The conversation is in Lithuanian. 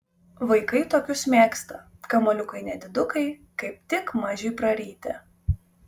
vaikai tokius mėgsta kamuoliukai nedidukai kaip tik mažiui praryti